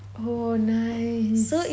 oh nice